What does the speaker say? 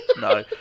No